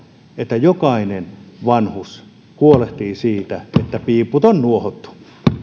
että jokainen vanhus huolehtii siitä että piiput on nuohottu